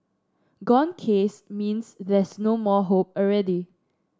gone case means there's no more hope already